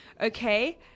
Okay